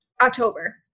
October